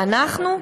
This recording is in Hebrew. ואנחנו,